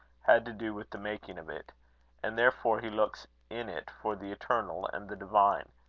had to do with the making of it and therefore he looks in it for the eternal and the divine,